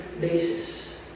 basis